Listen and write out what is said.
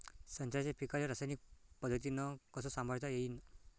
संत्र्याच्या पीकाले रासायनिक पद्धतीनं कस संभाळता येईन?